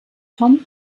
tom